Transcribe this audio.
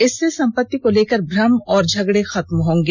इससे संपत्ति को लेकर भ्रम और झगडे खत्म होंगे